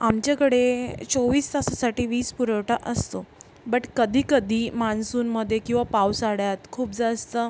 आमच्याकडे चोवीस तासासाठी वीजपुरवठा असतो बट कधी कधी मान्सूनमध्ये किंवा पावसाळ्यात खूप जास्त